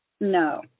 No